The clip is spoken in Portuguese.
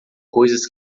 coisas